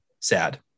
sad